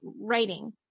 writing